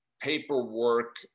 paperwork